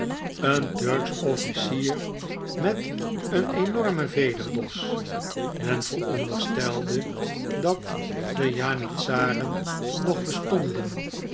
een turksch offlcier met een enormen vederdos men veronderstelde dat de janitsaren nog bestonden